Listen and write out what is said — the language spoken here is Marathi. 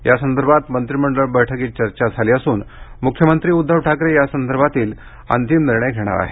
यासंदर्भात मंत्रिमंडळ बैठकीत चर्चा झाली असून मुख्यमंत्री उद्धव ठाकरे यासंदर्भातील अंतिम निर्णय घेणार आहेत